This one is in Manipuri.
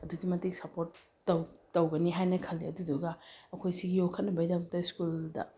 ꯑꯗꯨꯛꯀꯤ ꯃꯇꯤꯛ ꯁꯞꯄꯣꯔꯠ ꯇꯧꯒꯅꯤ ꯍꯥꯏꯅ ꯈꯜꯂꯤ ꯑꯗꯨꯗꯨꯒ ꯑꯩꯈꯣꯏ ꯁꯤꯒꯤ ꯌꯣꯛꯈꯠꯅꯕꯩ ꯗꯃꯛꯇ ꯁ꯭ꯀꯨꯜꯗ